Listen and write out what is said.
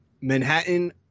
Manhattan